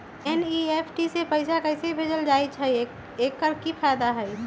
NEFT से पैसा कैसे भेजल जाइछइ? एकर की फायदा हई?